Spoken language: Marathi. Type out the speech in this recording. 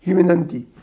ही विनंती